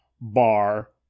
bar